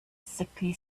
sickly